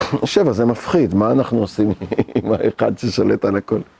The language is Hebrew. נושב, אז זה מפחיד, מה אנחנו עושים עם האחד ששולט על הכל?